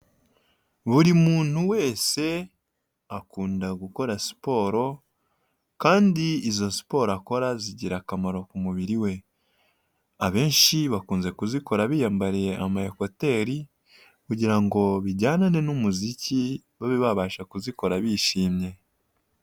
Buri muntu wese akunda gukora siporo, kandi izo siporo akora zigira akamaro ku mubiri we, abenshi bakunze kuzikora biyambariye ama ekuteri, kugira ngo bijyanane n'umuziki babe babasha kuzikora bishimye.